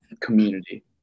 community